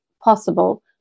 possible